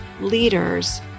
leaders